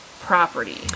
property